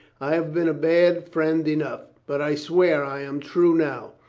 i have been a bad friend enough, but i swear i am true now.